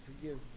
forgive